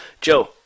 Joe